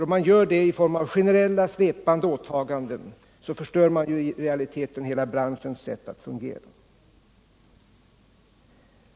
Om man gör generella, svepande åtaganden förstör man i realiteten hela branschens sätt att fungera.